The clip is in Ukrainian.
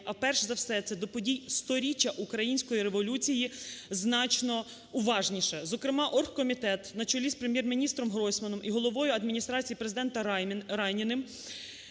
а, перш за все, це до подій 100-річчя Української революції значно уважніше. Зокрема, оргкомітет на чолі з Прем'єр-міністромГройсманом і головою Адміністрації Президента Райніним,